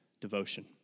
devotion